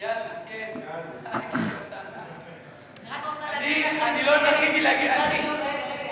אני רק רוצה להגיד לכם, אני לא זכיתי, רגע, רגע.